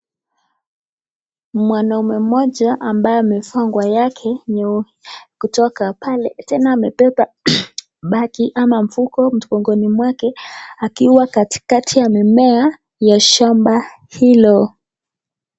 Mwanaume mmoja ambaye amevaa nguo yake kutoka pale tena amebeba bagi ama mfuko mgongoni mwake akiwa katikati ya mimea ya shamba hilo.